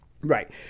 Right